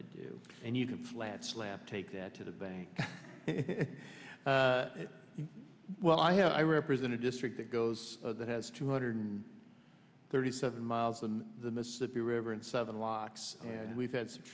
to do and you can flat slap take that to the bank well i have i represent a district that goes that has two hundred thirty seven miles on the mississippi river and seven locks and we've had some